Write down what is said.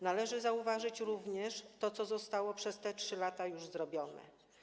Należy zauważyć również to, co zostało przez te 3 lata już zrobione.